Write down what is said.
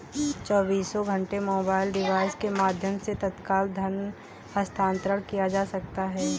चौबीसों घंटे mobile device के माध्यम से तत्काल धन हस्तांतरण किया जा सकता है